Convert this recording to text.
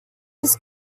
his